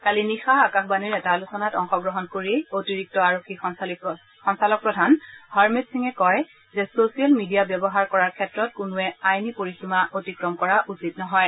কালি নিশা আকাশবাণীৰ এটা আলোচনাত অংশগ্ৰহণ কৰি অতিৰিক্ত আৰক্ষী সঞ্চালক প্ৰধান হৰমিত সিঙে কয় যে ছচিয়েল মিডিয়া ব্যৱহাৰ কৰাৰ ক্ষেত্ৰত কোনোৱে আইনী পৰিসীমা অতিক্ৰম কৰা উচিত নহয়